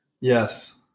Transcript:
yes